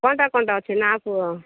କ'ଣଟା କ'ଣଟା ଅଛି ନା କୁହ